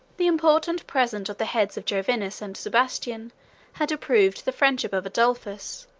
the important present of the heads of jovinus and sebastian had approved the friendship of adolphus,